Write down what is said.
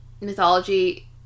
mythology